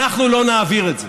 אנחנו לא נעביר את זה.